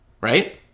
right